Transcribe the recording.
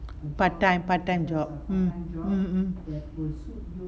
part time part time job mm mm mm